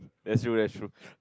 that's true that's true